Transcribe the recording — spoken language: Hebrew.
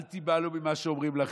אל תיבהלו ממה שאומרים לכם,